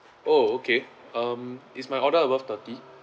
oh okay um is my order above thirty